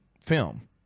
film